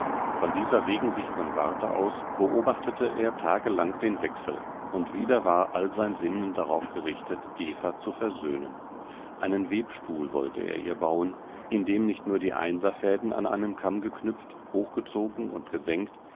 von dieser regensicheren warte aus beobachtete er tagelang den wechsel und wieder war all sein sinnen darauf gerichtet eva zu versöhnen einen webstuhl wollte er ihr bauen in dem nicht nur die einserfäden an einen kamm geknüpft hochgezogen und gesenkt